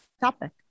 topic